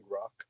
Rock